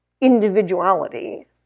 individuality